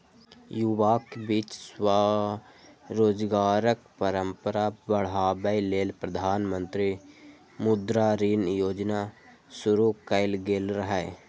युवाक बीच स्वरोजगारक परंपरा बढ़ाबै लेल प्रधानमंत्री मुद्रा ऋण योजना शुरू कैल गेल रहै